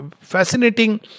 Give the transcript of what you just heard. fascinating